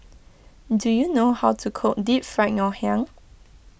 do you know how to cook Deep Fried Ngoh Hiang